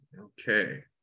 Okay